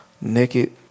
naked